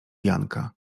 janka